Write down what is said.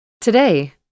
Today